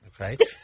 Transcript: Okay